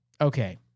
okay